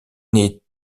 née